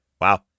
Wow